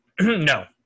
No